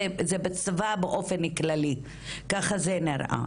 זה בצבאות באופן כללי וככה זה נראה.